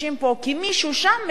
כי מישהו שם משלם.